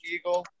Eagle